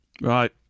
right